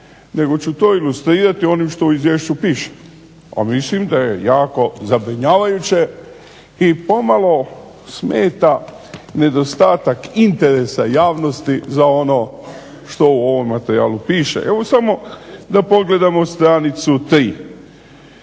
nego ću to ilustrirati onim što u izvješću piše, a mislim da je jako zabrinjavajuće i pomalo smeta nedostatak interesa javnosti za ono što u ovom materijalu piše. Evo samo da pogledamo stranicu 3.